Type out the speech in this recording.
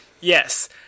Yes